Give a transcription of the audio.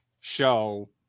show